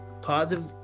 Positive